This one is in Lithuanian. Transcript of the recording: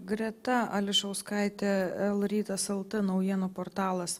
greta ališauskaitė lrytas lt naujienų portalas